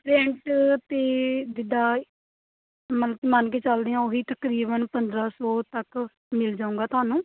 rent 'ਤੇ ਜਿੱਦਾਂ ਮੰਨਕੇ ਚੱਲਦੇ ਹਾਂ ਉਹ ਹੀ ਤਕਰੀਬਨ ਪੰਦਰ੍ਹਾਂ ਸੌ ਤੱਕ ਮਿਲ ਜਾਊਗਾ ਤੋਹਾਨੂੰ